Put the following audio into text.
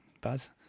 Buzz